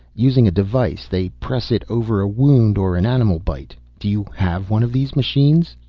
using a device, they press it over a wound or an animal bite. do you have one of these machines?